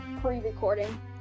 pre-recording